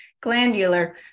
glandular